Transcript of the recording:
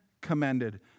commended